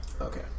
Okay